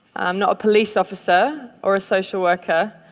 i'm not a police officer or a social worker.